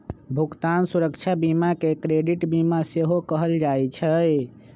भुगतान सुरक्षा बीमा के क्रेडिट बीमा सेहो कहल जाइ छइ